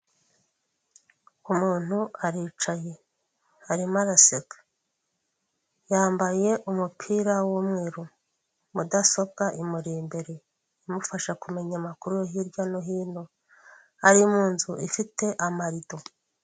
Umuntu aricaye arimo araseka, yambaye umupira w'umweru, mudasobwa imuri imbere imufasha kumenya amakuru hirya no hino. Ari mu nzu ifite amarido.